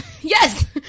yes